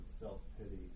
self-pity